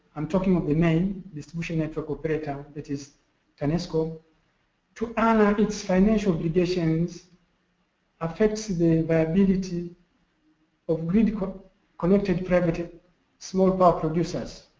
um talking of the main distribution network operator that is tanesco to honor its financial obligations affects the viability of grid connected private small power producers,